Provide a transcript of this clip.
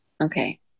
okay